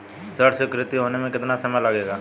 ऋण स्वीकृत होने में कितना समय लगेगा?